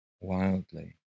wildly